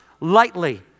lightly